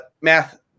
Math